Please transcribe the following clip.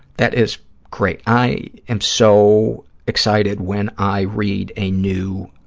that is great. i am so excited when i read a new